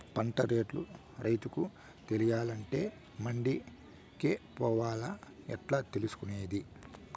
పంట రేట్లు రైతుకు తెలియాలంటే మండి కే పోవాలా? ఎట్లా తెలుసుకొనేది?